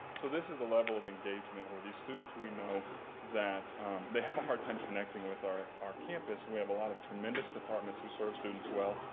so this is the level of engagement where these students we know that they have a hard time connecting with our our campus and we have a lot of tremendous departments who serve students well,